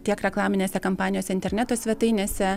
tiek reklaminėse kampanijose interneto svetainėse